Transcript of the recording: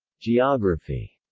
geography